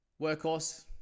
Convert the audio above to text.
workhorse